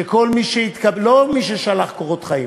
לא מי ששלח קורות חיים,